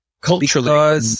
culturally